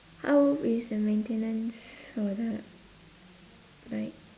how is the maintenance how was it like